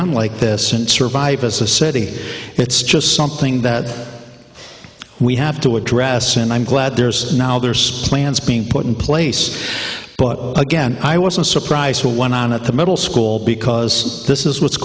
on like this and survive as a city it's just something that we have to address and i'm glad there's now there's plans being put in place but again i wasn't surprised who went on at the middle school because this is what's